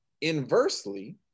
Inversely